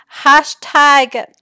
Hashtag